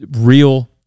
real